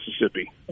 Mississippi